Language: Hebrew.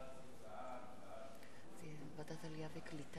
ההצעה להעביר את הצעת חוק להרחבת הייצוג ההולם של